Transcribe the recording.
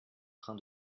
train